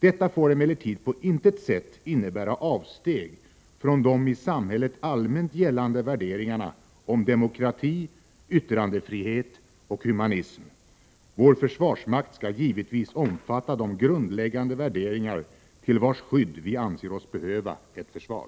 Detta får emellertid på intet sätt innebära avsteg från de i samhället allmänt gällande värderingarna om demokrati, yttrandefrihet och humanism. Vår försvarsmakt skall givetvis omfatta de grundläggande värderingar till vilkas skydd vi anser oss behöva ett försvar.